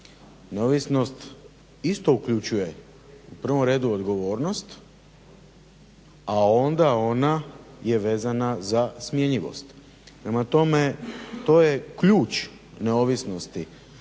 Neovisnost isto uključuje u prvom redu odgovornost, a onda ona je vezana za smjenjivost. Prema tome, to je ključ neovisnosti.